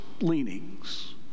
leanings